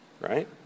right